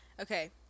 Okay